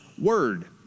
word